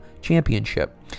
Championship